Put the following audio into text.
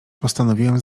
postanowiłem